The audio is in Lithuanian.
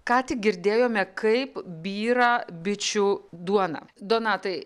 ką tik girdėjome kaip byra bičių duona donatai